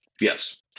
Yes